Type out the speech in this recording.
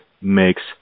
makes